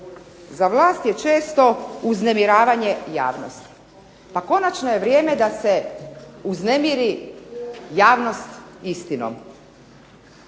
za vlast je često uznemiravanje javnosti. Pa konačno je vrijeme da se uznemiri javnost istinom,